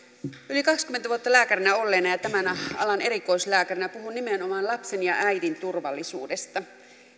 yli kaksikymmentä vuotta lääkärinä olleena ja tämän alan erikoislääkärinä puhun nimenomaan lapsen ja äidin turvallisuudesta